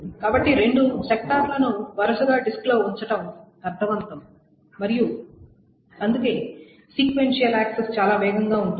కాబట్టి రెండు సెక్టార్లను వరుసగా డిస్క్లో ఉంచడం అర్ధవంతం మరియు అందుకే సీక్వెన్షియల్ యాక్సెస్ చాలా వేగంగా ఉంటుంది